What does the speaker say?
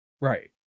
Right